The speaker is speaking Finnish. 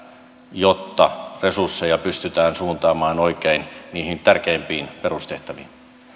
jotta resursseja pystytään suuntaamaan oikein niihin tärkeimpiin perustehtäviin